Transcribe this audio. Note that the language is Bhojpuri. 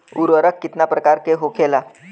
उर्वरक कितना प्रकार के होखेला?